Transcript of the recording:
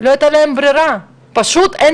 לא הייתה ברירה, הם